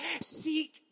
Seek